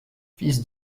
fils